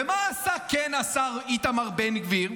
ומה כן עשה השר איתמר בן גביר?